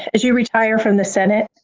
as you retire from the senate,